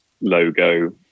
logo